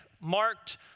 marked